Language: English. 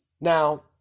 Now